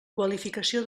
qualificació